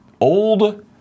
old